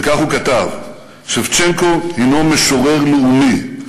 וכך הוא כתב: שבצ'נקו הנו משורר לאומי.